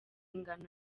ingano